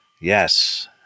Yes